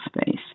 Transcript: space